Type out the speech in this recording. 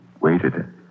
waited